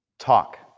talk